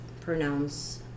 pronounce